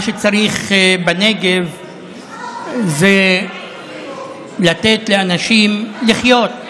מה שצריך בנגב זה לתת לאנשים לחיות,